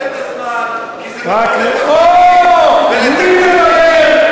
את הזמן, כי זה מקום לתפקידים ולתקציבים,